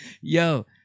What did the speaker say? Yo